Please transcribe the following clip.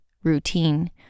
Routine